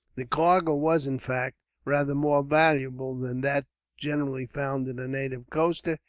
the cargo was, in fact, rather more valuable than that generally found in a native coaster,